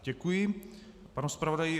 Děkuji panu zpravodaji.